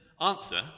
Answer